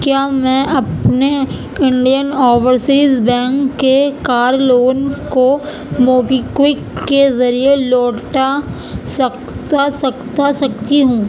کیا میں اپنے کِنڈین اوورسیز بینک کے کار لون کو موبی کویک کے ذریعے لوٹا سکتا سکتا سکتی ہوں